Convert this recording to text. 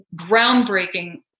groundbreaking